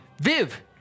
Viv